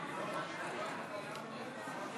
נתקבל.